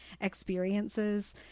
experiences